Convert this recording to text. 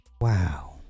Wow